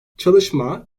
çalışma